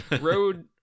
road